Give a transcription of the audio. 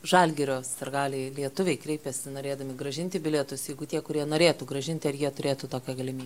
žalgirio sirgaliai lietuviai kreipėsi norėdami grąžinti bilietus jeigu tie kurie norėtų grąžinti ar jie turėtų tokią galimy